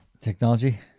technology